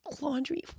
laundry